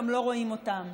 גם לא רואים אותם.